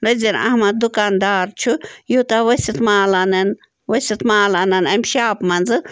نزیٖر اَحمد دُکاندار چھُ یوٗتاہ ؤسِت مال اَنان ؤسِت مال اَنان اَمہِ شاپ منٛزٕ